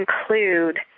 include